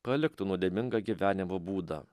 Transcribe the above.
paliktų nuodėmingą gyvenimo būdą